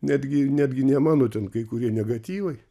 netgi netgi ne mano ten kai kurie negatyvai